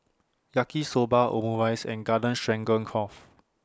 Yaki Soba Omurice and Garden Stroganoff